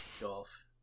Golf